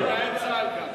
וגמלאי צה"ל גם.